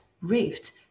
Rift